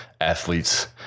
athletes